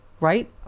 Right